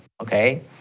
okay